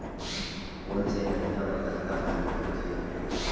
कोन से महीना म कतका पानी गिरथे?